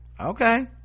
okay